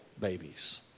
babies